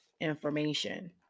information